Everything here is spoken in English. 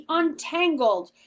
untangled